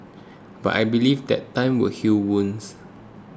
but I believe that time will heal wounds